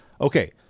okay